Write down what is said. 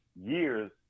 years